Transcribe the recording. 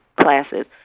Classes